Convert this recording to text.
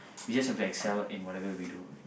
we just have to excel in whatever we do